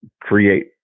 create